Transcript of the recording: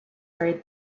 are